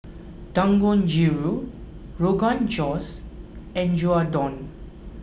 Dangojiru Rogan Josh and Gyudon